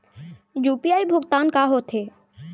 UPI भुगतान का होथे?